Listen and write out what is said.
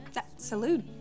Salute